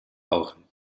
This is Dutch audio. ogen